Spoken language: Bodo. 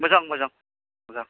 मोजां मोजां मोजां